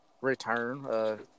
return